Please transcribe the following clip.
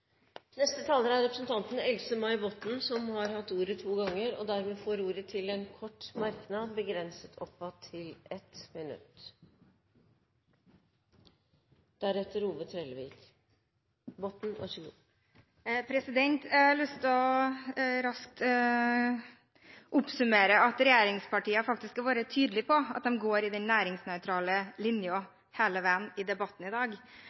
Botten har hatt ordet to ganger og får ordet til en kort merknad, begrenset til 1 minutt. Jeg har lyst til raskt å oppsummere at regjeringspartiene faktisk har vært tydelige på at de går i den næringsnøytrale linjen hele veien i debatten i dag.